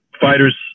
fighters